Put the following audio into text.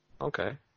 Okay